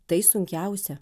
tai sunkiausia